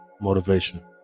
motivation